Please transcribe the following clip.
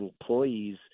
employees